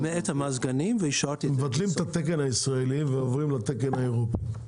למעט המזגנים --- מבטלים את התקן הישראלי ועוברים לתקן האירופי.